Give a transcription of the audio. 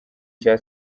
cya